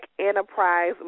Enterprise